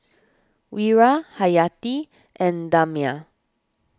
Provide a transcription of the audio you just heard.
Wira Hayati and Damia